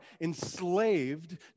enslaved